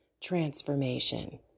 transformation